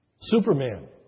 Superman